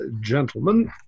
gentlemen